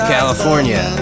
California